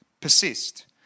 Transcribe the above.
persist